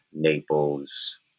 Naples